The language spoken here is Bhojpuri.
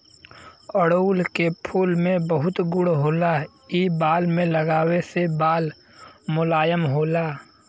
अढ़ऊल के फूल में बहुत गुण होला इ बाल में लगावे से बाल मुलायम होला